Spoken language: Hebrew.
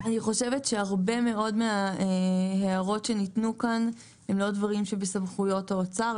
אני חושבת שהרבה מאוד מההערות שניתנו כאן הם לא דברים בסמכויות האוצר.